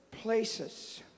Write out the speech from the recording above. places